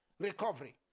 Recovery